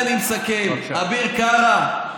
אביר קארה,